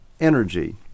energy